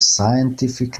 scientific